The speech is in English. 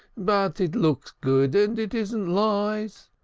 but it looks good and it isn't lies.